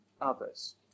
others